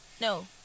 No